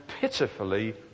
pitifully